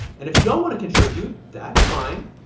and if you don't want to contribute, that's fine.